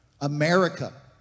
America